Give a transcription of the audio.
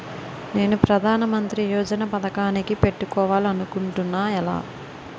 నేను ప్రధానమంత్రి యోజన పథకానికి పెట్టుకోవాలి అనుకుంటున్నా ఎలా?